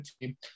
team